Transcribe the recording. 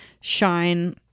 shine